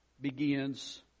begins